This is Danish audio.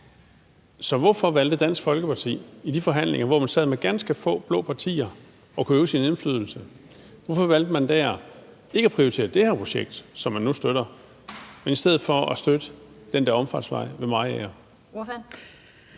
Så hvorfor valgte Dansk Folkeparti i de forhandlinger, hvor man sad med ganske få blå partier og kunne udøve sin indflydelse, ikke at prioritere det her projekt, som man nu støtter, men i stedet støtte den der omfartsvej ved Mariager?